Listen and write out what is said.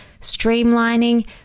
streamlining